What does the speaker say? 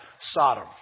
Sodom